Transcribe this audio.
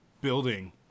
building